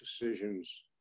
decisions